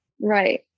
right